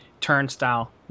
turnstile